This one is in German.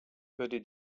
würde